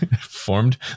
formed